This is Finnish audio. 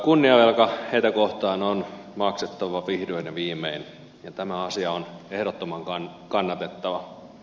kunnia heitä kohtaan on maksettava vihdoin ja viimein ja tämä asia on ehdottoman kannatettava